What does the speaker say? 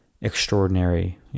extraordinary